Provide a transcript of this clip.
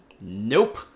Nope